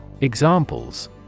Examples